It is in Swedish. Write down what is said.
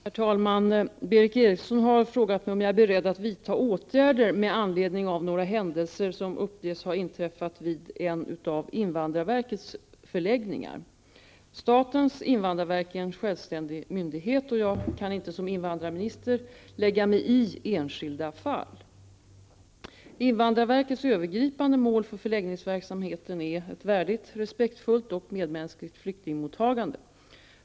Herr talman! Berith Eriksson har frågat mig om jag är beredd att vidta åtgärder med anledning av några händelser, som uppges ha inträffat vid en av invandrarverkets förläggningar. Statens invandrarverk är en självständig myndighet och jag kan inte som invandrarminister lägga mig i enskilda fall. Invandrarverkets övergripande mål för förläggningsverksamheten är ett värdigt, respektfullt och medmänskligt flyktingmottagande.